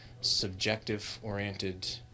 subjective-oriented